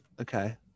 okay